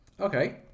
Okay